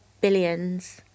billions